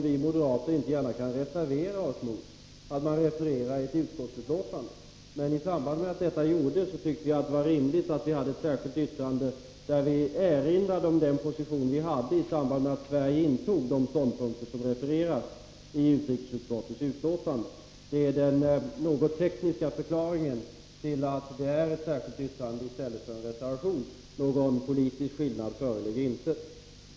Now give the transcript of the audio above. Vi moderater kan inte gärna reservera oss mot att man refererar det i ett utskottsbetänkande. Men vi tyckte att i samband med att detta gjordes var det rimligt att vi avgav ett särskilt yttrande, i vilket vi erinrade om vår position, då Sverige intog de ståndpunkter som refereras i betänkandet. Detta är den något tekniska förklaringen till att vi avgivit ett särskilt yttrande i stället för en reservation. Någon politisk skillnad föreligger inte.